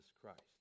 Christ